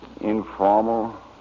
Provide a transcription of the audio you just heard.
informal